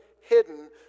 hidden